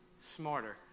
smarter